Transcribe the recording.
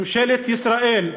ממשלת ישראל,